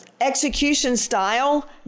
execution-style